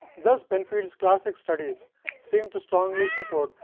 the spin fields classic studies seem to strongly support,